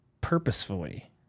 purposefully